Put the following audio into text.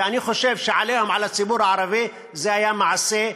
ואני חושב ש"עליהום" על הציבור הערבי זה היה מעשה,